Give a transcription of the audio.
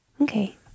Okay